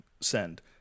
send